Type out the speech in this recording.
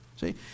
See